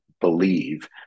believe